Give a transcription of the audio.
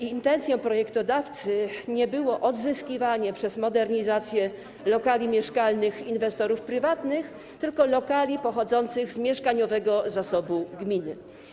Intencją projektodawcy nie było odzyskiwanie przez modernizację lokali mieszkalnych inwestorów prywatnych, tylko lokali pochodzących z mieszkaniowego zasobu gminy.